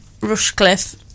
Rushcliffe